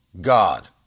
God